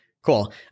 Cool